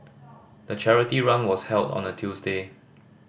the charity run was held on a Tuesday